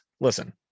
listen